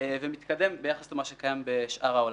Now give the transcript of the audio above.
ומתקדם ביחס למה שקיים בעולם.